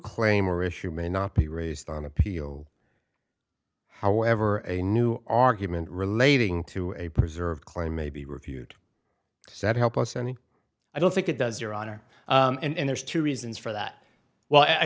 claim or issue may not be raised on appeal however a new argument relating to a preserved claim may be reviewed so that helped us any i don't think it does your honor and there's two reasons for that well i